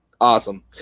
Awesome